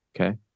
Okay